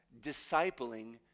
discipling